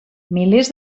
milers